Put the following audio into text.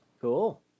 Cool